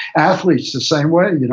athletes, the same way. you know